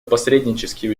посреднические